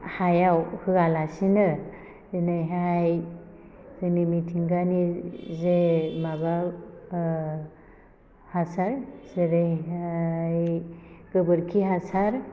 हायाव होयालासिनो दिनैहाय जोंनि मिथिंगानि जे माबा हासार जेरैहाय गोबोरखि हासार